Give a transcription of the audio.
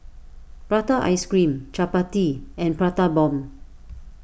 Prata Ice Cream Chappati and Prata Bomb